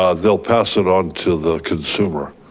ah they'll pass it on to the consumer.